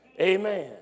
Amen